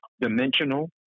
dimensional